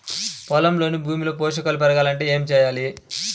పొలంలోని భూమిలో పోషకాలు పెరగాలి అంటే ఏం చేయాలి?